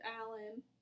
Alan